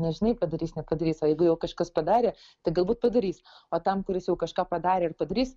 nežinai padarys nepadarys o jeigu jau kažkas padarė tai galbūt padarys o tam kuris jau kažką padarė ir padarys